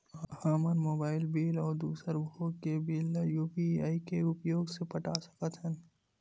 हमन mobile bill अउ दूसर भोग के बिल ला यू.पी.आई के उपयोग से पटा सकथन